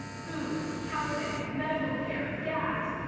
food, housing, medical care, gas,